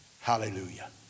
Hallelujah